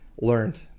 learned